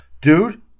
dude